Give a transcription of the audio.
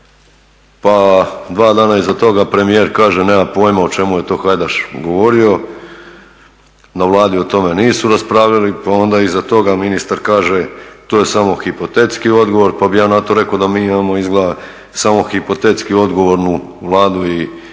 pa dva dana iza toga premijer kaže nema pojma o čemu je to Hajdaš govorio, na Vladi o tome nisu raspravljali. Pa onda iza toga ministar kaže to je samo hipotetski odgovor, pa bih ja na to rekao da mi imamo izgleda samo hipotetski odgovornu Vladu i ministre